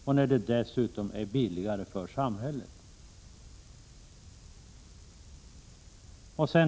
humanitärt och billigare för samhället.